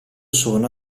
sono